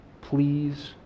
Please